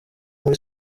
muri